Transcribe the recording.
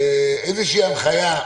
איזושהי הנחיה,